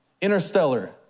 Interstellar